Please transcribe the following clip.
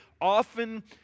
often